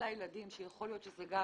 ולילדים שיכול להיות שזה גם